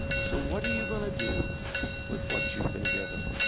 so, what are you going to do with what you've been given?